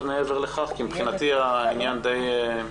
מבחינתי העניין ברור.